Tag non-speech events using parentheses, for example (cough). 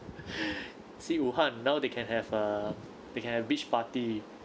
(breath) see wuhan now they can have uh they can have beach party